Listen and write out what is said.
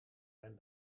mijn